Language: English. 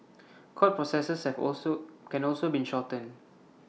court processes have also can also be shortened